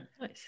nice